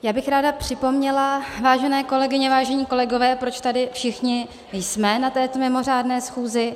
Ráda bych připomněla, vážené kolegyně, vážení kolegové, proč tady všichni jsme na této mimořádné schůzi.